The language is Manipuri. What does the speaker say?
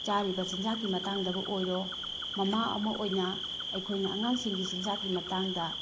ꯆꯔꯤꯕ ꯆꯤꯟꯖꯥꯛꯀꯤ ꯃꯇꯥꯡꯗꯕꯨ ꯑꯣꯏꯔꯣ ꯃꯥꯃꯥ ꯑꯃ ꯑꯣꯏꯅ ꯑꯩꯈꯣꯏꯅ ꯑꯉꯥꯡꯁꯤꯡꯒꯤ ꯆꯤꯟꯖꯥꯛꯀꯤ ꯃꯇꯥꯡꯗ